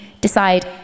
decide